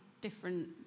different